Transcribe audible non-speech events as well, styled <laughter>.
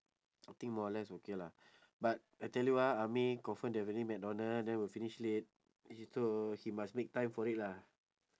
I think more or less okay lah but I tell you ah ah may confirm that really mcdonald ah then will finish late <noise> so he must make time for it lah